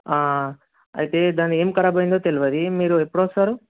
అయితే దాని ఏమి ఖరాబయ్యిందో తెలియదు మీరు ఎప్పుడు వస్తారు